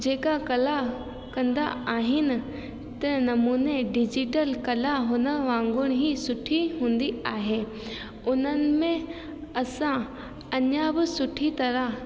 जेका कला कंदा आहिनि त नमूने डिजीटल कला हुन वांगुरु ई सुठी हूंदी आहे उन्हनि में असां अञा बि सुठी तरहां